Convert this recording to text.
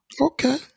Okay